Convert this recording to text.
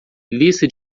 lista